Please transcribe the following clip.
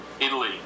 Italy